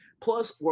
Plus